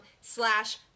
slash